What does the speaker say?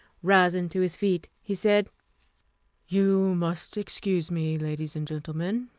rising to his feet, he said you must excuse me, ladies and gentlemen.